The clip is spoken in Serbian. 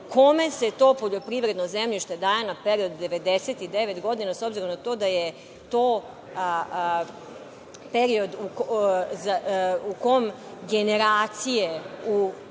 kome se to poljoprivredno zemljište daje na period od 99 godina, s obzirom na to da je to period u kom generacije u